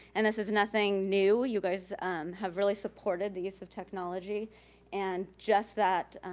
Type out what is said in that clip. and this is nothing new, you guys have really supported the use of technology and just that